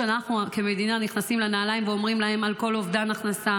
שאנחנו כמדינה נכנסים לנעליים ואומרים להן על כל אובדן הכנסה: